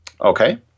Okay